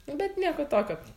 nu bet nieko tokio